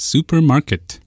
Supermarket